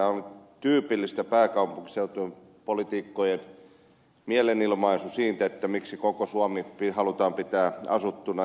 tämä oli tyypillistä pääkaupunkiseutupoliitikkojen mielenilmaisua siitä miksi koko suomi halutaan pitää asuttuna